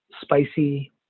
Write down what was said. spicy